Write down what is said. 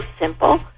simple